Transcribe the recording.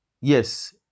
yes